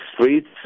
streets